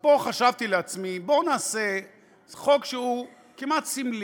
פה חשבתי לעצמי, בוא נעשה חוק שהוא כמעט סמלי.